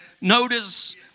Notice